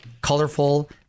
colorful